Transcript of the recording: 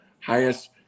highest